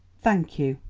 thank you,